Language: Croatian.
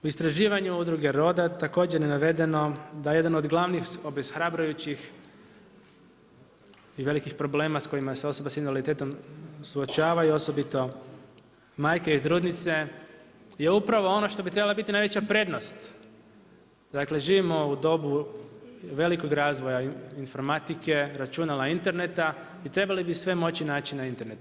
U istraživanju Udruge Roda također je navedeno da jedan od glavnih obeshrabljujućih i velikih problema s kojima se osobe sa invaliditetom suočavaju osobito majke i trudnice je upravo ono što bi trebala biti najveća prednost, dakle živimo u dobu velikog razvoja informatike, računala, interneta i trebali bi sve moći naći na internetu.